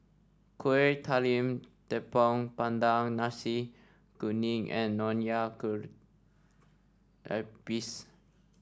Kuih Talam Tepong Pandan Nasi Kuning and Nonya Kueh Lapis